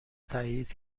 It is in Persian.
تأیید